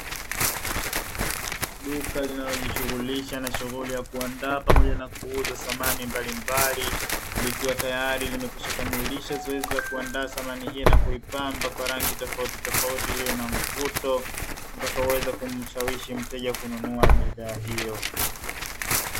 Duka linalojishughulisha na shughuli ya kuandaa na kuuza samani mbalimbali, likiwa tayari limekwishakamilisha zoezi la kuandaa samani hii na kuipamba kwa rangi tofautitofauti ili iwe na mvuto utakaoweza kumshawishi mteja kununua bidhaa hiyo.